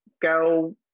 go